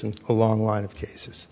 and a long line of cases